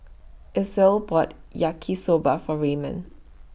Edsel bought Yaki Soba For Raymond